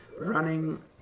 running